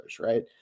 right